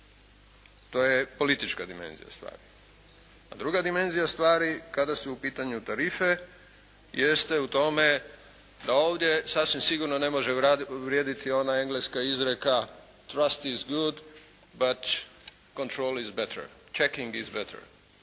To je politička dimenzija stvari. A druga dimenzija stvari kada su u pitanju tarife jeste u tome da ovdje sasvim sigurno ne može vrijediti ona engleska izreka trust is good, but control is better, checking is better.